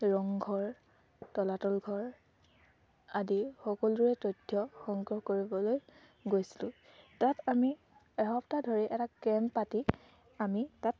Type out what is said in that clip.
ৰংঘৰ তলাতল ঘৰ আদি সকলোৰে তথ্য সংগ্ৰহ কৰিবলৈ গৈছিলোঁ তাত আমি এসপ্তাহ ধৰি এটা কেম্প পাতি আমি তাত